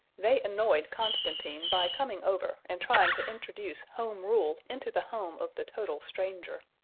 they annoyed constantine by coming over and trying to introduce home rule into the home of the total stranger.